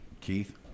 Keith